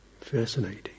fascinating